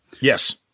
Yes